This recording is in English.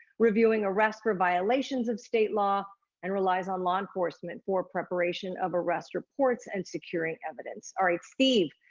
reviewing arrests for violations of state law and relies on law enforcement for preparation of arrest reports and securing evidence. all right, steve,